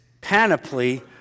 panoply